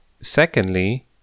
Secondly